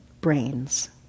brains